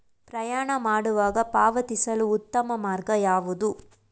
ಪ್ರಯಾಣ ಮಾಡುವಾಗ ಪಾವತಿಸಲು ಉತ್ತಮ ಮಾರ್ಗ ಯಾವುದು?